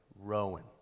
Rowan